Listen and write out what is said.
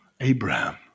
Abraham